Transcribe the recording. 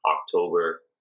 October